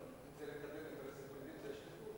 אם זה לקדם את האינטרסים,